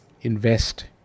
invest